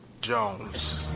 jones